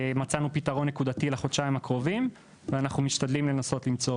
מצאנו פתרון נקודתי לחודשיים הקרובים ואנחנו משתדלים לנסות למצוא